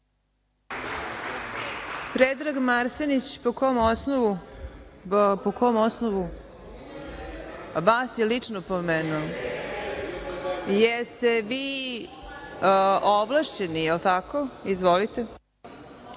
Predrag Marsenić, po kom osnovu? Vas je lično pomenuo? Jel ste vi ovlašćeni, jel tako? Izvolite.